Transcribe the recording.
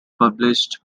published